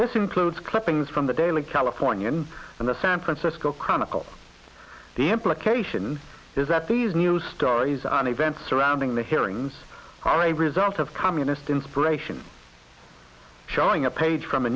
this includes clippings from the daily californian and the san francisco chronicle the implication is that these news stories on events surrounding the hearings are a result of communist inspiration showing a page from a